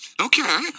okay